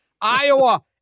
Iowa